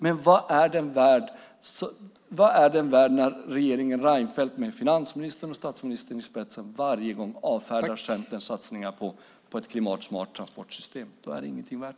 Men vad är det värt när regeringen med statsminister Reinfeldt och finansministern i spetsen varje gång avfärdar Centerns satsningar på ett klimatsmart transportsystem? Då är det tyvärr ingenting värt.